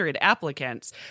applicants